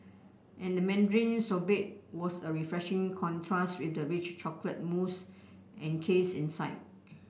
and the mandarin sorbet was a refreshing contrast with the rich chocolate mousse encased inside